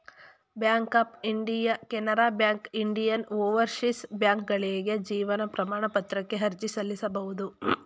bank of India Canara bank Indian overseas ಬ್ಯಾಂಕ್ಕ್ಗಳಿಗೆ ಜೀವನ ಪ್ರಮಾಣ ಪತ್ರಕ್ಕೆ ಅರ್ಜಿ ಸಲ್ಲಿಸಬಹುದು